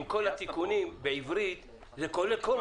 "עם כל התיקונים" בעברית זה כולל כל התיקונים.